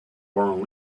born